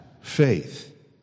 faith